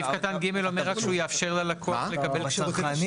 סעיף קטן (ג) אומר רק שהוא יאפשר ללקוח לקבל --- בצרכני?